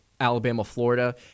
Alabama-Florida